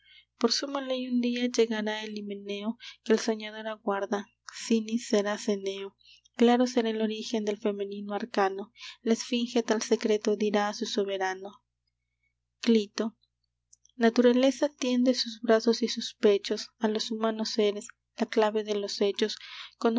por suma ley un día llegará el himeneo que el soñador aguarda cinis será ceneo claro será el origen del femenino arcano la esfinge tal secreto dirá a su soberano clito naturaleza tiende sus brazos y sus pechos a los humanos seres la clave de los hechos